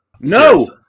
No